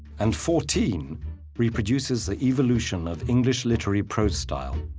and fourteen reproduces the evolution of english literary prose style,